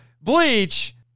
Bleach